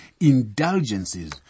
indulgences